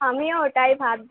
আমিও ওটাই ভাবছি